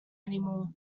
anymore